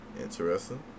Interesting